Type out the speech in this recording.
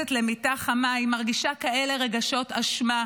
נכנסת למיטה חמה, היא מרגישה כאלה רגשות אשמה,